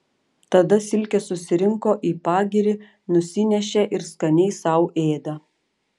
tada silkes susirinko į pagirį nusinešė ir skaniai sau ėda